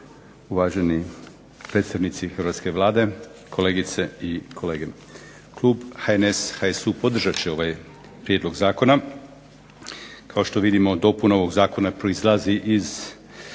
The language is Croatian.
uvaženi predstavnici hrvatske Vlade, kolegice i kolege. Klub HNS, HSU podržat će ovaj prijedlog zakona. Kao što vidimo dopuna ovog zakona proizlazi iz